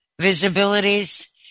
Visibilities